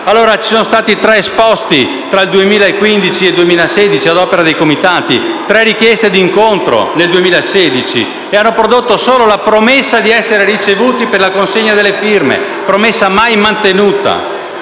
presentati tre esposti tra il 2015 e il 2016 ad opera dei comitati, tre richieste di incontro nel 2016, che hanno prodotto solo la promessa di essere ricevuti per la consegna delle firme della petizione, una